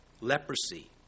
leprosy